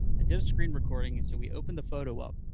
did a screen recording, and so we open the photo up,